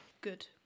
good